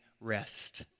rest